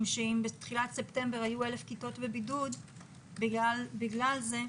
אם בתחילת ספטמבר היו אלף כיתות בבידוד בגלל זה,